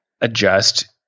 adjust